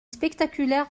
spectaculaire